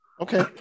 okay